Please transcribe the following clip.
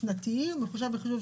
אני מסכים עם רקפת.